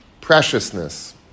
preciousness